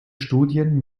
studien